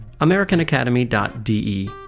AmericanAcademy.de